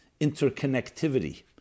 interconnectivity